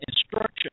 instruction